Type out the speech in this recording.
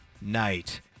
night